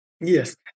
Yes